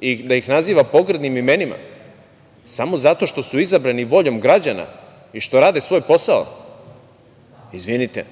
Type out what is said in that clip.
i da ih naziva pogrdnim imenima samo zato što su izabrane voljom građana i što rade svoj posao, izvinite,